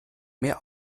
mehr